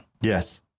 Yes